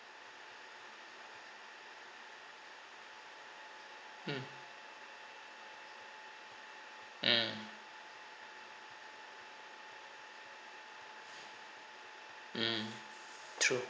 mm mm mm true